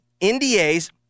NDAs